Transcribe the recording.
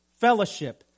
fellowship